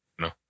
no